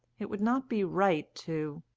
it would not be right to